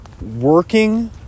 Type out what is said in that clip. working